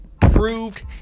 proved